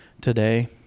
today